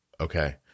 Okay